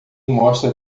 mostra